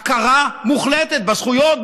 הכרה מוחלטת בזכויות,